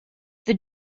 this